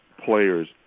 players